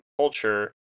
culture